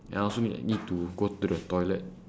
and I also need like need to go to the toilet